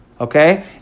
Okay